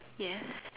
yes